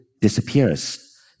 disappears